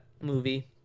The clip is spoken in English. movie